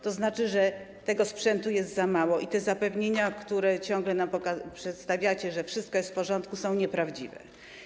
To znaczy, że tego sprzętu jest za mało i te zapewnienia, które ciągle nam przedstawiacie, że wszystko jest w porządku, są nieprawdziwe.